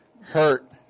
Hurt